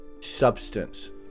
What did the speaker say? substance